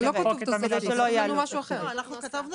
אנחנו כתבנו